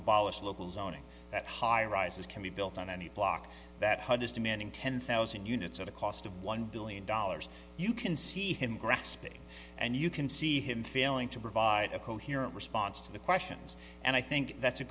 abolish local zoning that highrises can be built on any block that hundreds demanding ten thousand units at a cost of one billion dollars you can see him grasping and you can see him failing to provide a coherent response to the questions and i think that's a